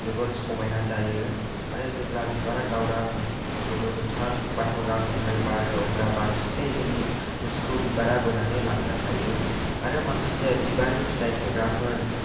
जोबोर समायना जायो आरो जेब्ला बिबारा गावदां गोमो गोथां बाथ' गां महरै बारो अब्ला बांसिनै जोंनि गोसोखौ बिबारा बोनानै लांनो हायो आरो माखासे बिबारनि फिथाइ थाइग्राफोर